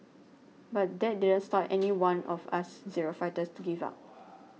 but that didn't stop any one of us zero fighters to give up